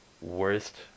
worst